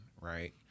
right